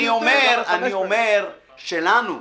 אני אומר שלנו,